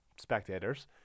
spectators